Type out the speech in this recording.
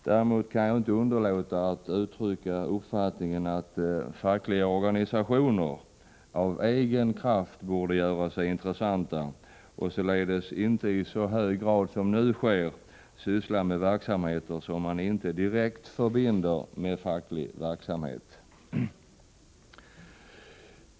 Jag kan dock inte underlåta att uttrycka uppfattningen att fackliga organisationer av egen kraft borde göra sig intressanta och således inte i så hög grad som nu sker syssla med verksamheter som man inte direkt förbinder med facklig verksamhet.